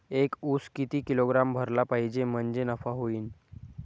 एक उस किती किलोग्रॅम भरला पाहिजे म्हणजे नफा होईन?